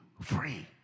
free